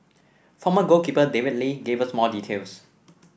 former goalkeeper David Lee gave us more details